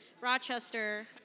Rochester